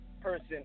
person